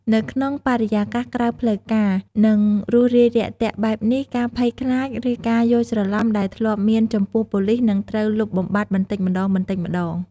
នៅក្នុងបរិយាកាសក្រៅផ្លូវការ និងរួសរាយរាក់ទាក់បែបនេះ ការភ័យខ្លាច ឬការយល់ច្រឡំដែលធ្លាប់មានចំពោះប៉ូលីសនឹងត្រូវលុបបំបាត់បន្តិចម្តងៗ។